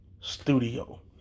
studio